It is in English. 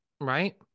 right